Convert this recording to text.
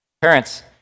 Parents